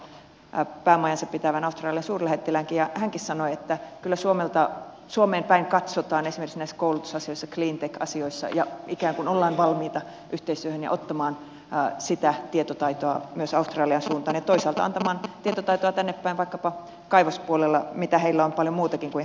tapasin ruotsissa päämajaansa pitävän australian suurlähettiläänkin ja hänkin sanoi että kyllä suomeen päin katsotaan esimerkiksi näissä koulutusasioissa cleantech asioissa ja ikään kuin ollaan valmiita yhteistyöhön ja ottamaan sitä tietotaitoa myös australian suuntaan ja toisaalta antamaan tietotaitoa tännepäin vaikkapa kaivospuolella mitä heillä on paljon muutakin kuin ihan konkreettista omistamista